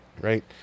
right